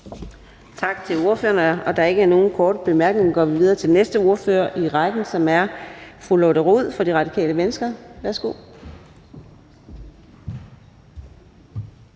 Tak til ordføreren. Da der ikke er nogen korte bemærkninger, går vi videre til den næste ordfører i rækken, som er fru Sascha Faxe fra Alternativet. Værsgo.